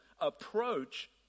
approach